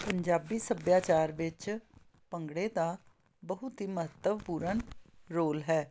ਪੰਜਾਬੀ ਸੱਭਿਆਚਾਰ ਵਿੱਚ ਭੰਗੜੇ ਦਾ ਬਹੁਤ ਹੀ ਮਹੱਤਵਪੂਰਨ ਰੋਲ ਹੈ